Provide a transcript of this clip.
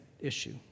issue